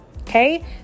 Okay